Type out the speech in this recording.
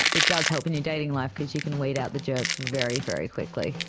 it does help in your dating life because you can weed out the jerks very, very quickly.